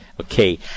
Okay